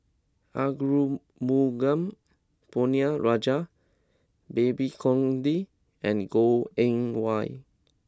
Arumugam Ponnu Rajah Babes Conde and Goh Eng Wah